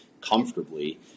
comfortably